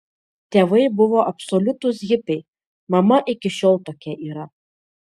tėvai buvo absoliutūs hipiai mama iki šiol tokia yra